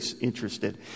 interested